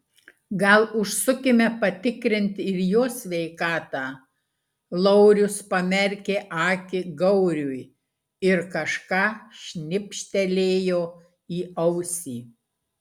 gal užsukime patikrinti ir jo sveikatą laurius pamerkė akį gauriui ir kažką šnibžtelėjo į ausį